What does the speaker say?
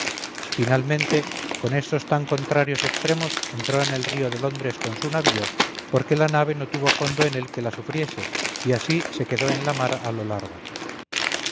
finalmente con estos tan contrarios extremos entró en el río de londres con su navío porque la nave no tuvo fondo en él que la sufriese y así se quedó en la mar a lo largo